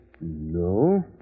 No